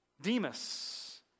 Demas